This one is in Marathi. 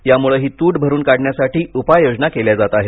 यामुळे ही तूट भरुन काढण्यासाठी उपाययोजना केल्या जात आहेत